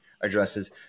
addresses